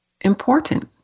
important